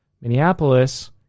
Minneapolis